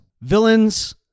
villains